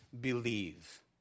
believe